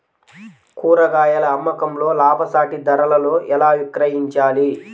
కూరగాయాల అమ్మకంలో లాభసాటి ధరలలో ఎలా విక్రయించాలి?